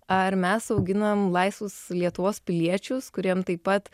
ar mes auginam laisvus lietuvos piliečius kuriem taip pat